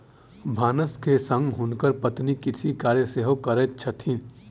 भानस के संग हुनकर पत्नी कृषि कार्य सेहो करैत छथि